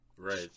Right